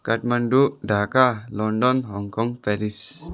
Kathmandu Dhaka London Hong Kong Paris